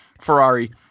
Ferrari